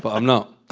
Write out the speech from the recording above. but i'm not.